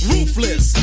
Ruthless